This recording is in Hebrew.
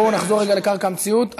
בואו נחזור רגע לקרקע המציאות.